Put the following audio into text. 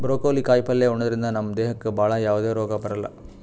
broccoli ಕಾಯಿಪಲ್ಯ ಉಣದ್ರಿಂದ ನಮ್ ದೇಹಕ್ಕ್ ಭಾಳ್ ಯಾವದೇ ರೋಗ್ ಬರಲ್ಲಾ